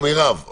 מירב,